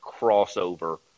crossover